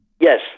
Yes